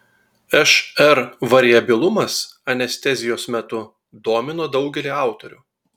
šr variabilumas anestezijos metu domino daugelį autorių